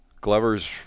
Glover's